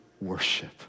worship